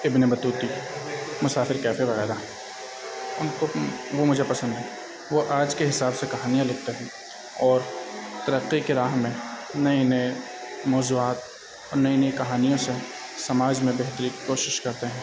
ابن بتوتی مسافر کیفے وغیرہ ان کو وہ مجھے پسند ہے وہ آج کے حساب سے کہانیاں لکھتے ہیں اور ترقی کے راہ میں نئے نئے موضوعات اور نئی نئی کہانیوں سے سماج میں بہتری کی کوشش کرتے ہیں